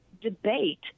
debate